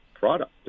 product